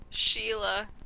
Sheila